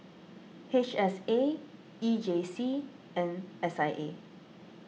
H S A E J C and S I A